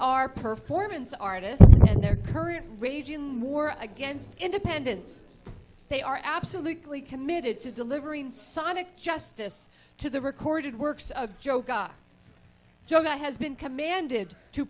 are performance artists and their current raging war against independence they are absolutely committed to delivering sonic justice to the recorded works of joe god joe has been commanded to